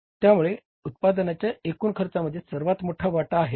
त्यामुळे उत्पादनाच्या एकूण खर्चामध्ये याचा सर्वात मोठा वाटा आहे